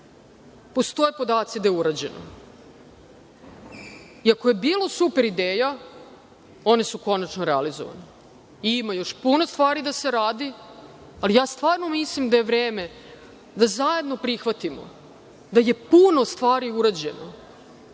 postoje podaci da je urađeno. Ako je bilo super ideja, one su konačno realizovane i ima još puno stvari da se radi, ali ja stvarno mislim da je vreme da zajedno prihvatimo da je puno stvari urađeno